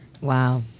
Wow